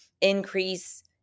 increase